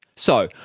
so,